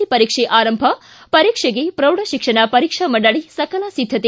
C ಪರೀಕ್ಷೆ ಆರಂಭ ಪರೀಕ್ಷೆಗೆ ಪೌಢ ಶಿಕ್ಷಣ ಪರೀಕ್ಷಾ ಮಂಡಳಿ ಸಕಲ ಸಿದ್ದತೆ